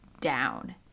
down